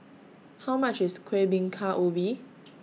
How much IS Kuih Bingka Ubi